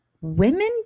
Women